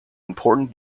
important